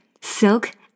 silk